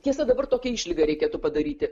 tiesa dabar tokią išlygą reikėtų padaryti